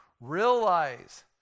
realize